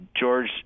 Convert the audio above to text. George